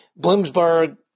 Bloomsburg